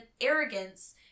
arrogance